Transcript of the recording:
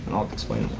i'll explain